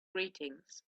greetings